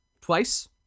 twice